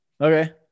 Okay